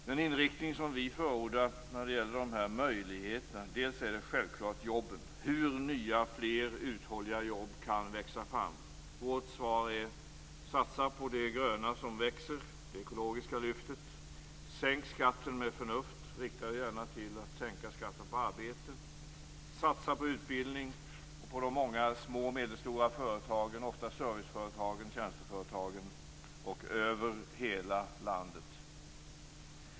Den inriktning som vi förordar när det gäller dessa möjligheter gäller självklart jobben, hur nya, fler och uthålliga jobb kan växa fram. Vårt svar är att man skall satsa på det gröna som växer, det ekologiska lyftet, och att man skall sänka skatten med förnuft, gärna riktat på arbete, att man skall satsa på utbildning och på de många små och medelstora företagen, ofta serviceföretagen och tjänsteföretagen, över hela landet.